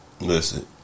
Listen